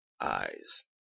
eyes